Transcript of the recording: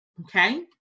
Okay